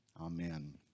Amen